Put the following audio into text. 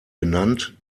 benannt